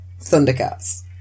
Thundercats